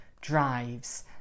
drives